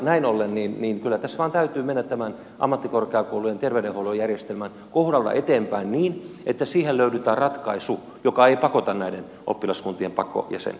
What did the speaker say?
näin ollen kyllä tässä vain täytyy mennä tämän ammattikorkeakoulujen terveydenhuollon järjestelmän kohdalla eteenpäin niin että siihen löydetään ratkaisu joka ei pakota näiden oppilaskuntien pakkojäsenyyteen